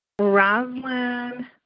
Roslyn